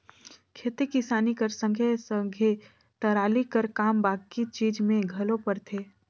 खेती किसानी कर संघे सघे टराली कर काम बाकी चीज मे घलो परथे